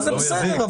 זה בסדר.